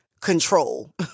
control